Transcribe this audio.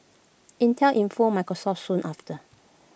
Intel informed Microsoft soon after